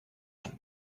sont